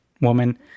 woman